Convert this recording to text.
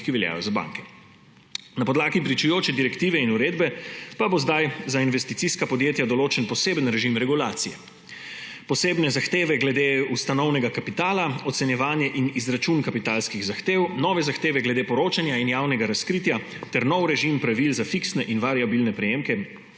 ki veljajo za banke. Na podlagi pričujoče direktive in uredbe pa bo zdaj za investicijska podjetja določen poseben režim regulacije, posebne zahteve glede ustanovnega kapitala, ocenjevanje in izračun kapitalskih zahtev, nove zahteve glede poročanja in javnega razkritja ter nov režim pravil za fiksne in variabilne prejemke